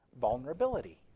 vulnerability